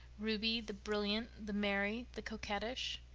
ruby, the brilliant, the merry, the coquettish!